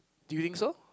do you think so